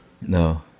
No